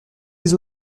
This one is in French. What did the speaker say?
les